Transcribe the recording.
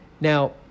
Now